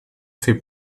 fait